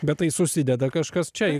bet tai susideda kažkas čia